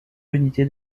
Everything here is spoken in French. unité